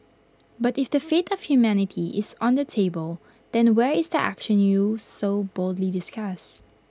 but if the fate of humanity is on the table then where is the action you so boldly discuss